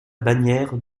bannière